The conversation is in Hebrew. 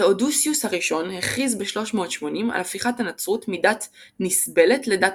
תאודוסיוס הראשון הכריז ב-380 על הפיכת הנצרות מדת נסבלת לדת